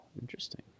interesting